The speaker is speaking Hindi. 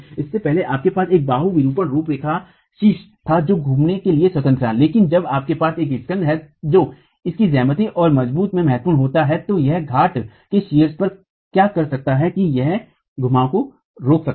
इससे पहले आपके पास एक बाहू विरूपण रुरेखा शीर्ष था जो घूमने के लिए स्वतंत्र था लेकिन जब आपके पास एक स्कन्ध है जो इसकी ज्यामिति और मजबूत में महत्वपूर्ण होता है तो यह घाट के शीर्ष पर क्या कर सकता है कि यह घुमावों को रोक सकता है